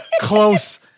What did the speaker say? close